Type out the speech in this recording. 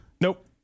Nope